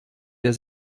der